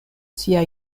sia